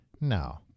No